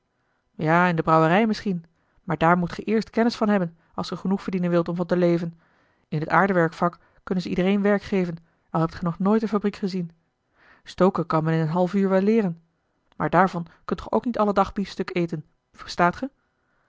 ja in de brouwerij misschien maar daar moet ge eerst kennis van hebben als ge genoeg verdienen wilt om van te leven in t aardewerkvak kunnen ze iedereen werk geven al hebt ge nog nooit eene fabriek gezien stoken kan men in een half uur wel leeren maar daarvan kunt ge ook niet alle dag biefstuk eten verstaat ge